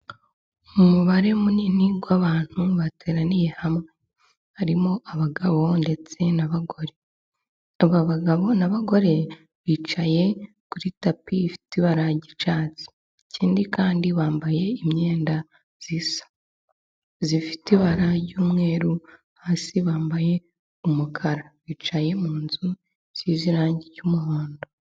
Mu mubare munini w'abantu bateraniye hamwe. Harimo abagabo, ndetse n'abagore. Aba bagabo n'abagore bicaye kuri tapi ifite ibara ry'icyatsi. Ikindi kandi bambaye imyenda isa, ifite ibara ry'umweru, hasi bambaye umukara. Bicaye mu nzu isize irangi ry'umuhondo.